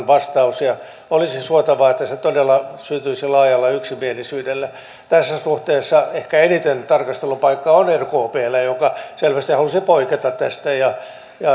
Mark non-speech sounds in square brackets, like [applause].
[unintelligible] vastaus ja olisi suotavaa että se todella syntyisi laajalla yksimielisyydellä tässä suhteessa ehkä selvimmin tarkastelun paikka on rkpllä joka selvästi halusi poiketa tästä ja